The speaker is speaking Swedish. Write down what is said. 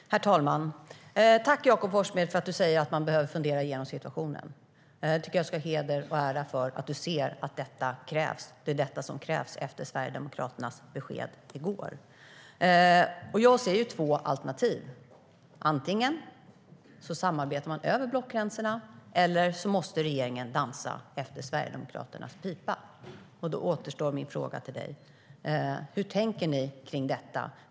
Herr talman! Tack, Jakob Forssmed, för att du säger att man behöver fundera igenom situationen! Jag tycker att du ska ha heder och ära av att du ser att det är detta som krävs efter Sverigedemokraternas besked i går. Jag ser två alternativ: Antingen samarbetar man över blockgränserna, eller också måste regeringen dansa efter Sverigedemokraternas pipa. Min fråga till dig återstår, Jakob Forssmed: Hur tänker ni kring detta?